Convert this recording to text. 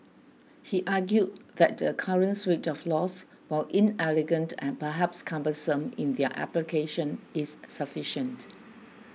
he argued that the current suite of laws while inelegant and perhaps cumbersome in their application is sufficient